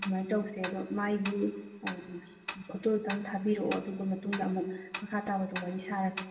ꯑꯗꯨꯃꯥꯏꯅ ꯇꯧꯁꯦ ꯑꯗꯣ ꯃꯥꯏꯒꯤ ꯐꯣꯇꯣꯗꯨꯇꯪ ꯊꯥꯕꯤꯔꯛꯑꯣ ꯑꯗꯨꯒ ꯃꯇꯨꯡꯗ ꯑꯃꯨꯛ ꯃꯈꯥ ꯇꯥꯕꯗꯣ ꯋꯥꯔꯤ ꯁꯥꯔꯁꯦ